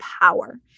power